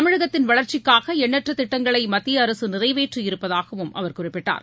தமிழகத்தின் வளர்ச்சிக்காக எண்ணற்ற திட்டங்களை மத்திய அரசு நிறைவேற்றி இருப்பதாகவும் அவர் குறிப்பிட்டார்